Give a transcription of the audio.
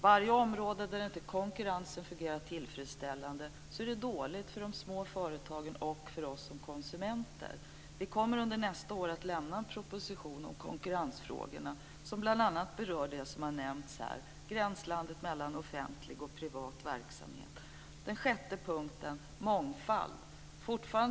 Varje område där inte konkurrensen fungerar tillfredsställande är dåligt för de små företagen och för oss som konsumenter. Under nästa år kommer vi att lämna en proposition om konkurrensfrågorna. Den kommer bl.a. att beröra det som har nämnts här, nämligen gränslandet mellan offentlig och privat verksamhet. Den sjätte punkten handlar om mångfald.